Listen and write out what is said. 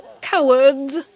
cowards